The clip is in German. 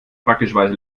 praktischerweise